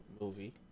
movie